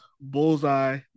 Bullseye